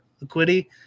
liquidity